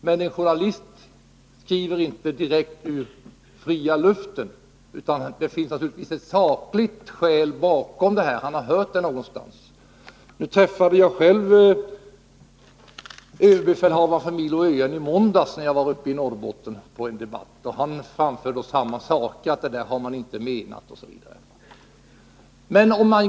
Men en journalist skriver inte något som är gripet direkt ur fria luften, utan det finns naturligtvis ett sakligt skäl bakom, något som han hört någonstans. Jag träffade själv överbefälhavaren för Milo ÖN i måndags när jag var på en debatt uppe i Norrbotten. Han sade samma sak, dvs. att man inte har den uppfattning som framgick av artikeln.